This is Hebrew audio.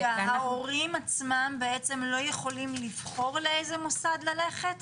ההורים עצמם בעצם לא יכולים לבחור לאיזה מוסד ללכת?